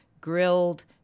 grilled